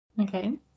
Okay